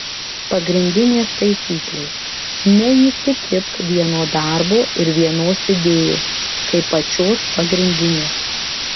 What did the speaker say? pagrindinės taisyklės neįsikibk vieno darbo ir vienos idėjos kaip pačios pagrindinės